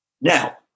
Now